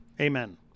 Amen